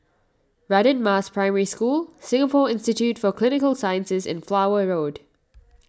Radin Mas Primary School Singapore Institute for Clinical Sciences and Flower Road